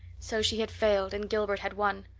so she had failed and gilbert had won!